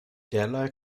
derlei